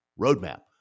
roadmap